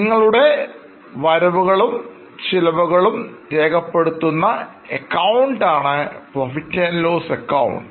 നിങ്ങളുടെ വരവുകളും ചിലവുകളും രേഖപ്പെടുത്തുന്ന അക്കൌണ്ട് ആണ് പ്രോഫിറ്റ് ആൻഡ് ലോസ് അക്കൌണ്ട്